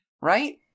Right